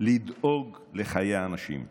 לדאוג לחיי האנשים,